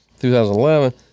2011